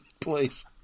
Please